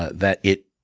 that it